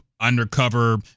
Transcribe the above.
undercover